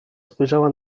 spojrzała